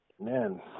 man